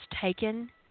taken